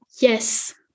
Yes